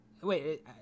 Wait